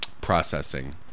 processing